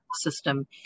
system